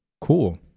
Cool